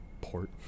Port